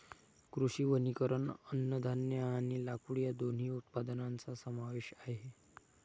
कृषी वनीकरण अन्नधान्य आणि लाकूड या दोन्ही उत्पादनांचा समावेश आहे